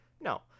No